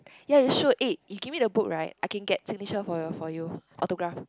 ya you should eh you give me the book right I can get signature for your for you autograph